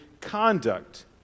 conduct